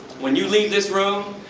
when you leave this room,